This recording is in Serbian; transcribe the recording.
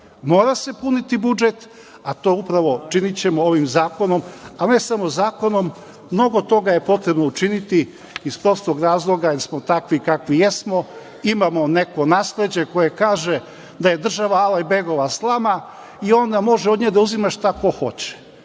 Mora se puniti budžet, a to upravo, činićemo ovim zakonom, a ne samo zakonom, mnogo toga je potrebno učiniti iz prostog razloga jer smo takvi kakvi jesmo, imamo neko nasleđe koje kaže da je država „Alaj-begova slama“ i onda može od nje da uzima šta ko hoće.